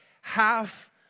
half